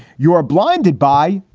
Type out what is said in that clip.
you are blinded by,